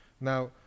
now